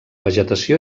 vegetació